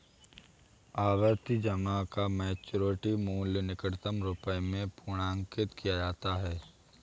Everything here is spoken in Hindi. आवर्ती जमा का मैच्योरिटी मूल्य निकटतम रुपये में पूर्णांकित किया जाता है